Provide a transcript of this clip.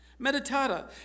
meditata